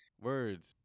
Words